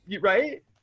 right